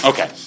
Okay